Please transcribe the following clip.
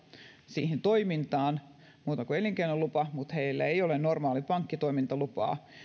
siihen toimintaan muuta kuin elinkeinolupa eli heillä ei ole normaalia pankkitoimintalupaa